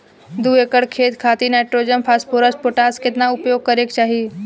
दू एकड़ खेत खातिर नाइट्रोजन फास्फोरस पोटाश केतना उपयोग करे के चाहीं?